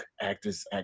actors